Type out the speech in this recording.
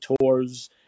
tours